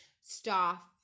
Staff